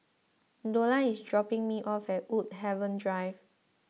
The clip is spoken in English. Dola is dropping me off at Woodhaven Drive